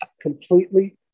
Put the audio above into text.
completely